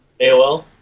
AOL